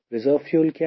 reserve fuel क्या है